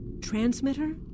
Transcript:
transmitter